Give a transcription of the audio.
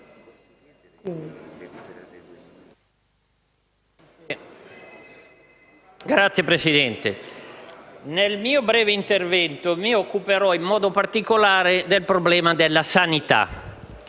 Signora Presidente, nel mio breve intervento mi occuperò, in modo particolare, del problema della sanità.